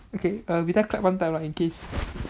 okay err we just clap one time ah in case